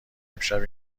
امشب